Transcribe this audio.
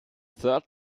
third